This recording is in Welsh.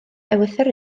ewythr